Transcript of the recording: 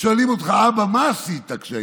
ושואלים אותך: אבא, מה עשית כשהיית?